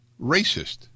racist